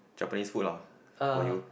Japanese food ah for you